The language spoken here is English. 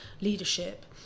leadership